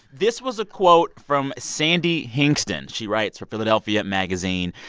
this was a quote from sandy hingston. she writes for philadelphia magazine.